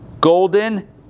golden